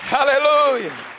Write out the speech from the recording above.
Hallelujah